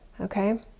Okay